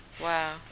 Wow